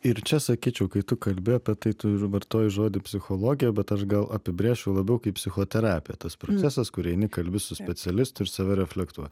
ir čia sakyčiau kai tu kalbi apie tai tu ir vartoji žodį psichologija bet aš gal apibrėžčiau labiau kaip psichoterapiją tas procesas kur eini kalbi su specialistu ir save reflektuoji